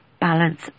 balance